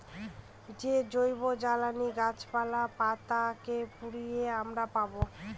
যে জৈবজ্বালানী গাছপালা, পাতা কে পুড়িয়ে আমরা পাবো